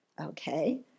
okay